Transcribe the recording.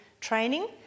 training